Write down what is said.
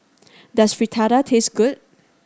does Fritada taste good